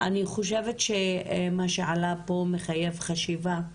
אני חושבת שמה שעלה פה מחייב חשיבה,